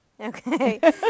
Okay